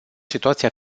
situația